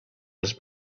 his